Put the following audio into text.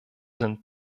den